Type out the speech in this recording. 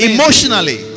Emotionally